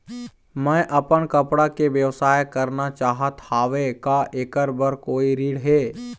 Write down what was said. मैं अपन कपड़ा के व्यवसाय करना चाहत हावे का ऐकर बर कोई ऋण हे?